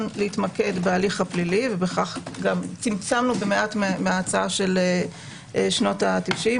להתמקד בהליך הפלילי ובכך צמצמנו במעט מההצעה של שנות ה-90',